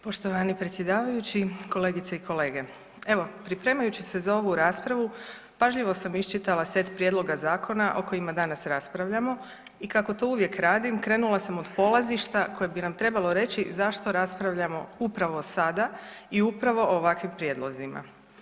Poštovani predsjedavajući, kolegice i kolege, evo pripremajući se za ovu raspravu pažljivo sam iščitala set prijedloga zakona o kojima danas raspravljamo i kako to uvijek radim krenula sam od polazišta koje bi nam trebalo reći zašto raspravljamo upravo sada i upravo o ovakvim prijedlozima.